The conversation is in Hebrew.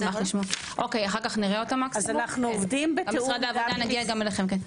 העבודה נגיע גם אליכם.